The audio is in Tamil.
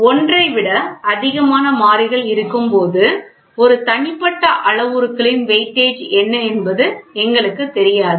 ஒன்றை விட அதிகமான மாறிகள் இருக்கும்போது ஒரு தனிப்பட்ட அளவுருக்களின் வெயிட்டேஜ் என்ன என்பது எங்களுக்குத் தெரியாது